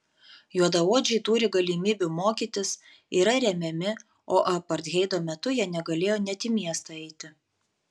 juodaodžiai turi galimybių mokytis yra remiami o apartheido metu jie negalėjo net į miestą eiti